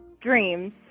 dreams